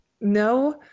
no